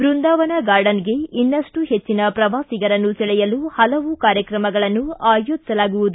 ಬೃಂದಾವನ ಗಾರ್ಡನ್ಗೆ ಇನ್ನಷ್ಟು ಹೆಚ್ಚಿನ ಪ್ರವಾಸಿಗರನ್ನು ಸೆಳೆಯಲು ಹಲವು ಕಾರ್ಯಕ್ರಮಗಳನ್ನು ಆಯೋಜಿಸಲಾಗುವುದು